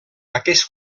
aquest